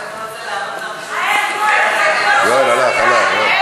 האזרחים הוותיקים (תיקון,